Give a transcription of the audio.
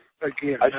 again